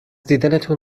دیدنتون